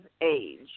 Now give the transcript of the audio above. age